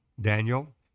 Daniel